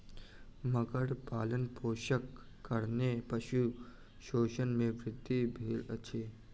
मगर पालनपोषणक कारणेँ पशु शोषण मे वृद्धि भेल अछि